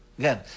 Again